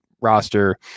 roster